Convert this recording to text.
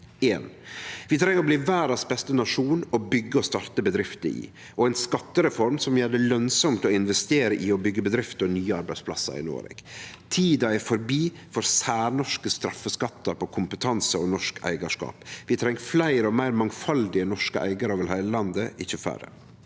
1. Vi treng å bli verdas beste nasjon å starte og bygge bedrifter i, og ein skattereform som gjer det lønsamt å investere i og bygge bedrifter og nye arbeidsplassar i Noreg. Tida er forbi for særnorske straffeskattar på kompetanse og norsk eigarskap. Vi treng fleire og meir mangfaldige norske eigarar over heile landet, ikkje færre.